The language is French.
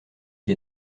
qui